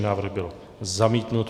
Návrh byl zamítnut.